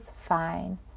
fine